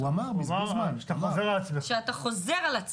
מייד: שסוהרות